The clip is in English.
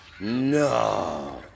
No